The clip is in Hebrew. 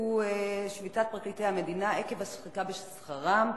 שביתת פרקליטי המדינה עקב השחיקה בשכרם,